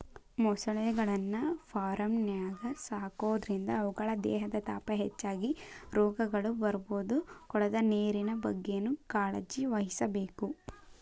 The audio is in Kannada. ಮೊಸಳೆಗಳನ್ನ ಫಾರ್ಮ್ನ್ಯಾಗ ಸಾಕೋದ್ರಿಂದ ಅವುಗಳ ದೇಹದ ತಾಪ ಹೆಚ್ಚಾಗಿ ರೋಗಗಳು ಬರ್ಬೋದು ಕೊಳದ ನೇರಿನ ಬಗ್ಗೆನೂ ಕಾಳಜಿವಹಿಸಬೇಕು